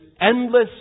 endless